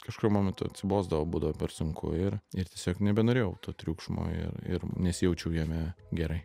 kažkuriuo momentu atsibosdavo būdavo per sunku ir ir tiesiog nebenorėjau to triukšmo ir ir nesijaučiau jame gerai